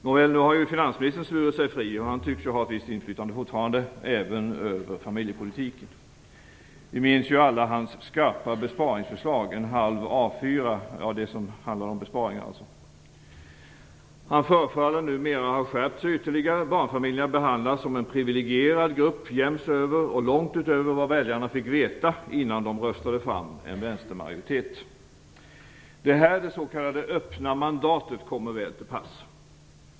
Nåväl, nu har ju finansministern svurit sig fri. Han tycks ju fortfarande ha ett visst inflytande, även över familjepolitiken. Vi minns ju alla hans skarpa besparingsförslag - de fick plats på en halv A4-sida. Han förefaller numera ha skärpt sig. Barnfamiljerna behandlas som en privilegierad grupp, långt utöver vad väljarna fick veta innan de röstade fram en vänstermajoritet. Det är här det s.k. öppna mandatet kommer väl till pass.